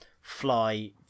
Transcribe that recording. fly